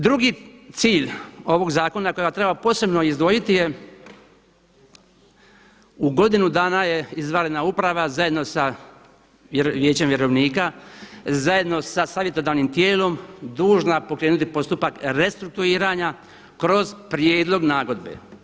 Drugi cilj ovog zakona koga treba posebno izdvojiti je u godinu dana izvanredna uprava zajedno sa vijećem vjerovnika zajedno sa savjetodavnim tijelom dužna pokrenuti postupak restrukturiranja kroz prijedlog nagodbe.